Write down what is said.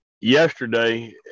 yesterday